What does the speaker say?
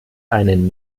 einen